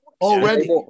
Already